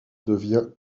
devient